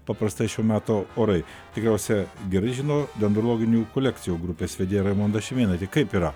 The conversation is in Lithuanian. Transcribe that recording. paprastai šių metų orai tikriausia gerai žino dendrologinių kolekcijų grupės vedėja raimonda šimėnaitė kaip yra